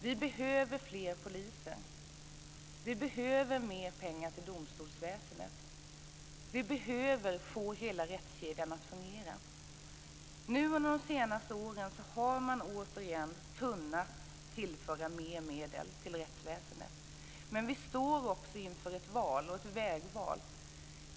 Vi behöver fler poliser, och vi behöver mer pengar till domstolsväsendet. Vi behöver få hela rättskedjan att fungera. Under de senaste åren har man återigen kunnat tillföra medel till rättsväsendet. Men vi står också inför ett vägval.